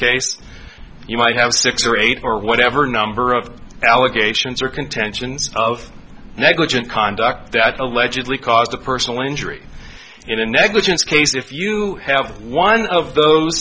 case you might have six or eight or whatever number of allegations or contentions of negligent conduct that allegedly caused a personal injury in a negligence case if you have one of those